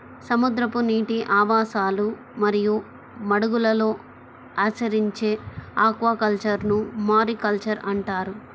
సముద్రపు నీటి ఆవాసాలు మరియు మడుగులలో ఆచరించే ఆక్వాకల్చర్ను మారికల్చర్ అంటారు